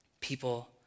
people